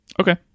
Okay